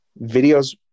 videos